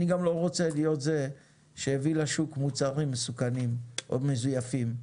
אני גם לא רוצה להיות זה שיביא לשוק מוצרים מסוכנים או מזויפים.